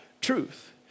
truth